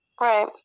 right